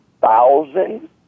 thousand